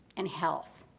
and health.